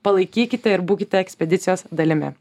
palaikykite ir būkite ekspedicijos dalimi